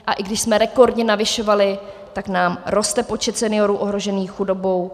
A i když jsme rekordně navyšovali, tak nám roste počet seniorů ohrožených chudobou.